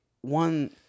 one